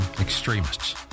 extremists